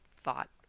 thought